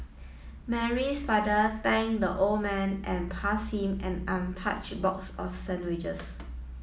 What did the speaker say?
Mary's father thanked the old man and passed him an untouched box of sandwiches